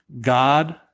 God